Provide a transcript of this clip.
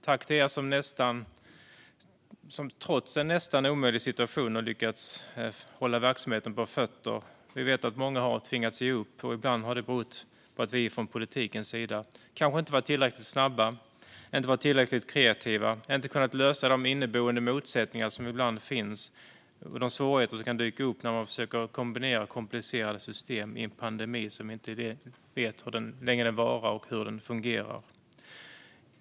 Tack till er som trots en nästan omöjlig situation har lyckats hålla verksamheten på fötter! Vi vet att många har tvingats ge upp. Ibland har det berott på att vi från politikens sida kanske inte har varit tillräckligt snabba och kreativa. Vi har inte alltid kunnat lösa de inneboende motsättningar som ibland finns eller de svårigheter som kan dyka upp när man försöker kombinera komplicerade system i en pandemi som vi inte vet hur länge den varar och hur den fungerar.